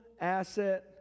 asset